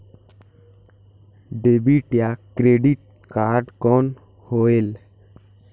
Debit या credit card कौन होएल?